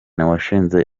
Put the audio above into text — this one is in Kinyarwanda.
washize